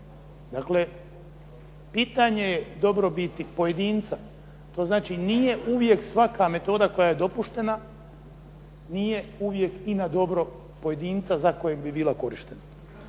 Dakle pitanje je dobrobiti pojedinca, to znači nije uvijek svaka metoda koja je dopuštena, nije uvijek i na dobro pojedinca za kojeg bi bila korištena.